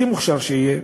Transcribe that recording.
הכי מוכשר שיהיה,